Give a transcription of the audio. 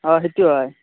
অ সেইটো হয়